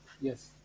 Yes